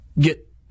Get